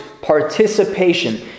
participation